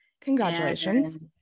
Congratulations